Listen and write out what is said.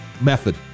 method